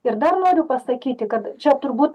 ir dar noriu pasakyti kad čia turbūt